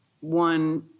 one